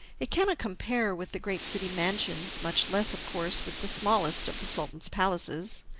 it cannot compare with the great city mansions, much less, of course, with the smallest of the sultan's palaces.